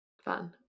fun